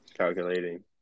Calculating